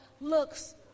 looks